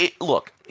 Look